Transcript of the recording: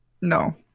No